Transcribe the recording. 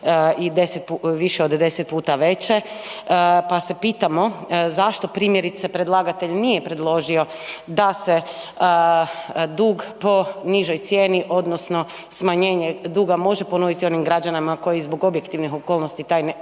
više od 10 puta veće, pa se pitamo zašto primjerice predlagatelj nije predložio da se dug po nižoj cijeni odnosno smanjenje duga može ponoviti onim građanima koji zbog objektivnih okolnosti taj